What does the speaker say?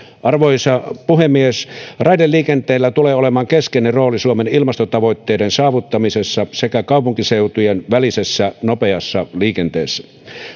arvoisa puhemies raideliikenteellä tulee olemaan keskeinen rooli suomen ilmastotavoitteiden saavuttamisessa sekä kaupunkiseutujen välisessä nopeassa liikenteessä